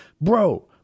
Bro